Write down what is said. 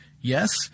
Yes